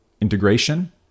integration